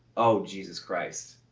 oh! jesus christ!